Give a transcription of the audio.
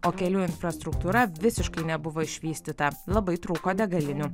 o kelių infrastruktūra visiškai nebuvo išvystyta labai trūko degalinių